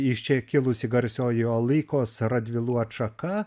iš čia kilusi garsiojo olykos radvilų atšaka